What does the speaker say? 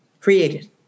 created